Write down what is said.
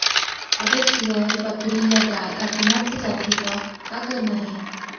अगर सुअर, बकरी या गाय असमर्थ जाथे ता का करना हे?